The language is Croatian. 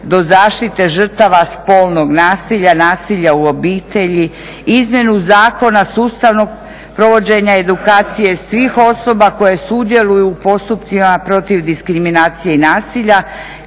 do zaštite žrtava spolnog nasilja, nasilja u obitelji, izmjenu zakona sustavnog provođenja edukacije svi osoba koje sudjeluju u postupcima protiv diskriminacije i nasilja